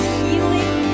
healing